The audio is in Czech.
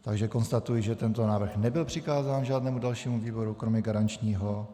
Takže konstatuji, že tento návrh nebyl přikázán žádnému dalšímu výboru kromě garančního.